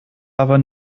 aber